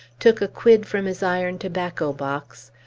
took a quid from his iron tobacco-box,